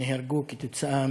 נהרגו כתוצאה